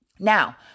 Now